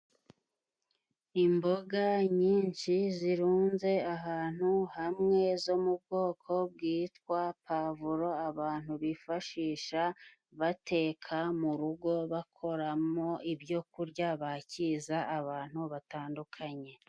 Imboga nyinshi zirunze ahantu hamwe zo mu bwoko bwitwa Pavuro, abantu bifashisha bateka mu rugo bakoramo ibyo kurya bakiza abantu batandukanye.